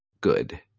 good